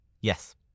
Yes